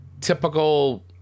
typical